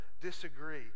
disagree